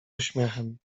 uśmiechem